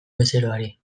bezeroari